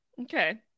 okay